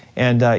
and